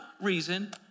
reason